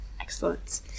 Excellent